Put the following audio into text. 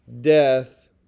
death